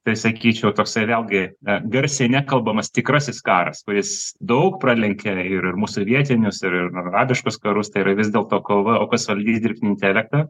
tai sakyčiau toksai vėlgi garsiai nekalbamas tikrasis karas kuris daug pralenkia ir mūsų vietinius ir arabiškus karus tai yra vis dėlto kova o kas valdys dirbtinį intelektą